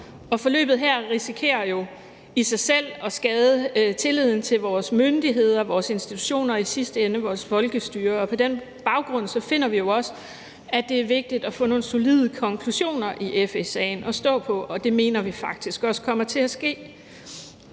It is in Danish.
og forløbet her risikerer jo i sig selv at skade tilliden til vores myndigheder og vores institutioner og i sidste ende vores folkestyre. På den baggrund finder vi jo også, at det er vigtigt at få nogle solide konklusioner i FE-sagen at stå på. Det mener vi faktisk også kommer til at ske.